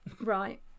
right